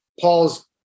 paul's